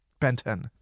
benton